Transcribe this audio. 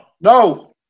No